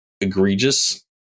egregious